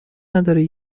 نداری